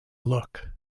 look